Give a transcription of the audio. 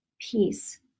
peace